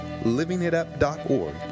livingitup.org